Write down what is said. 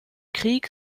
krieg